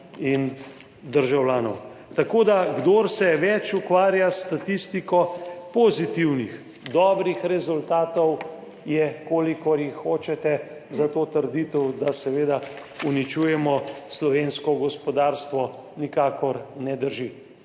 in državljanov. Kdor se več ukvarja s statistiko, pozitivnih, dobrih rezultatov je kolikor hočete, zato trditev, da uničujemo slovensko gospodarstvo, nikakor ne drži.